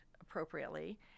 appropriately